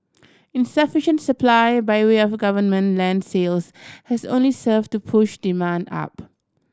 insufficient supply by way of government land sales has only served to push demand up